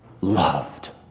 loved